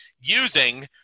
using –